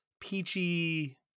peachy